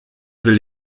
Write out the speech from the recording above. will